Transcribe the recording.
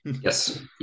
Yes